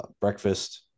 breakfast